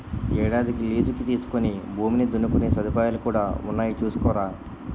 ఏడాదికి లీజుకి తీసుకుని భూమిని దున్నుకునే సదుపాయాలు కూడా ఉన్నాయి చూసుకోరా